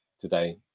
today